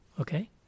okay